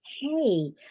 hey